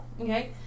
Okay